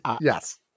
Yes